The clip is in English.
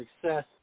success